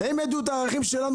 הם ידעו את הערכים שלנו,